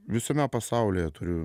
visame pasaulyje turiu